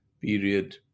period